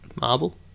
Marble